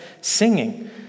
singing